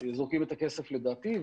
זורקים את הכסף, לדעתי.